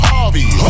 Harvey